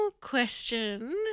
question